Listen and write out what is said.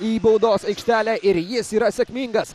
į baudos aikštelę ir jis yra sėkmingas